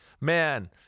man